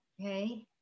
okay